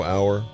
Hour